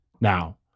Now